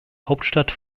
hauptstadt